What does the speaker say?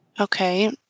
Okay